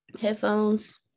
headphones